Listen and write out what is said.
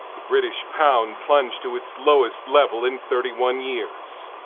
the british pound plunged to its lowest level in thirty one years.